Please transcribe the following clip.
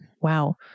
wow